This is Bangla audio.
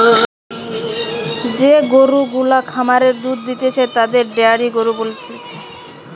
যে গরু গুলা খামারে দুধ দিতেছে তাদের ডেয়ারি গরু বলতিছে